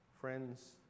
Friends